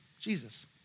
Jesus